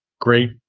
great